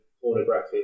pornographic